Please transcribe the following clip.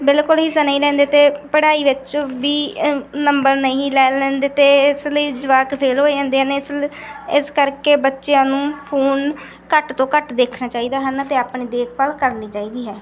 ਬਿਲਕੁਲ ਹਿੱਸਾ ਨਹੀਂ ਲੈਂਦੇ ਅਤੇ ਪੜ੍ਹਾਈ ਵਿੱਚ ਵੀ ਹਮ ਨੰਬਰ ਨਹੀਂ ਲੈ ਲੈਂਦੇ ਅਤੇ ਇਸ ਲਈ ਜਵਾਕ ਫੇਲ ਹੋ ਜਾਂਦੇ ਨੇ ਇਸਲ ਇਸ ਕਰਕੇ ਬੱਚਿਆਂ ਨੂੰ ਫੋਨ ਘੱਟ ਤੋਂ ਘੱਟ ਦੇਖਣਾ ਚਾਹੀਦਾ ਹੈ ਨਾ ਅਤੇ ਆਪਣੀ ਦੇਖਭਾਲ ਕਰਨੀ ਚਾਹੀਦੀ ਹੈ